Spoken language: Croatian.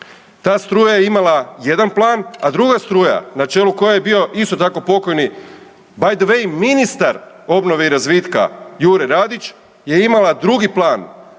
Ta struja je imala jedan plan, a druga struja na čelu koje je bio isto tako pokojni bajdvej ministar obnove i razvitka Jure Radić je imala drugi plan